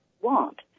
want